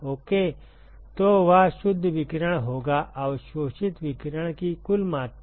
okay तो वह शुद्ध विकिरण होगा अवशोषित विकिरण की कुल मात्रा